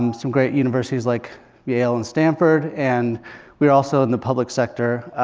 um some great universities like yale and stanford, and we are also in the public sector.